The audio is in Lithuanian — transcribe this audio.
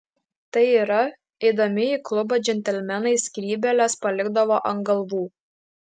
tai yra eidami į klubą džentelmenai skrybėles palikdavo ant galvų